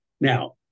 Now